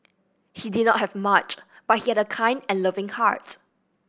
he did not have much but he had a kind and loving heart